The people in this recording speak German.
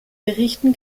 berichten